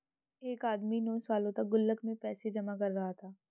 एक आदमी नौं सालों तक गुल्लक में पैसे जमा कर रहा था